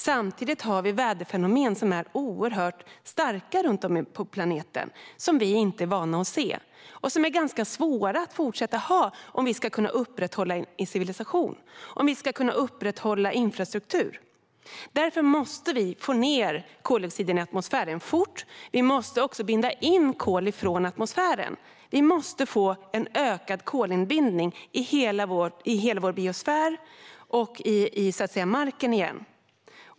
Samtidigt har vi oerhört starka väderfenomenen runt om på planeten, som vi inte är vana att se. Dessa är ganska problematiska att ha fortsättningsvis om vi ska kunna upprätthålla en civilisation och om vi ska kunna upprätthålla infrastruktur. Därför måste vi snabbt få ned koldioxiden i atmosfären. Vi måste också binda in kol från atmosfären. Vi måste få en ökad kolinbindning i hela vår biosfär och i marken.